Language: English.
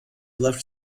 left